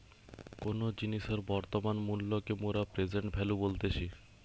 কোনো জিনিসের বর্তমান মূল্যকে মোরা প্রেসেন্ট ভ্যালু বলতেছি